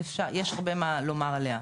יש הרבה מה לומר עליה.